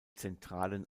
zentralen